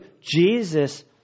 Jesus